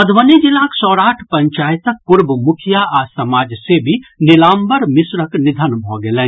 मधुबनी जिलाक सौराठ पंचायतक पूर्व मुखिया आ समाजसेवी निलाम्बर मिश्रक निधन भऽ गेलनि